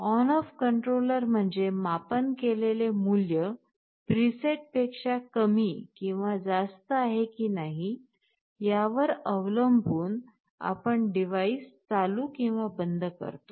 on off controller म्हणजे मापन केलेले मूल्य प्रीसेटपेक्षा कमी किंवा जास्त आहे की नाही यावर अवलंबून आपण डिव्हाइस चालू किंवा बंद करतो